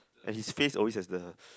and his face always has the